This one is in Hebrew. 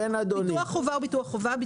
ביטוח חובה הוא ביטוח חובה.